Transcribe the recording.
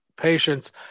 patients